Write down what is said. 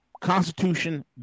Constitution